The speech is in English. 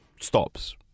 stops